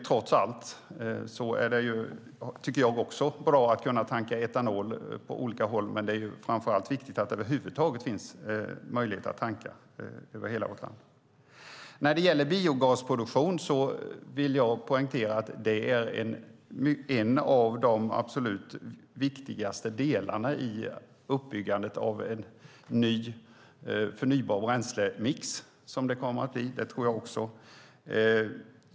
Trots allt tycker också jag att det är bra att man kan tanka etanol på olika håll, men det är framför allt viktigt att det över huvud taget finns möjlighet att tanka över hela vårt land. Biogasproduktion är en av de viktigaste delarna i uppbyggnaden av en ny, förnybar bränslemix.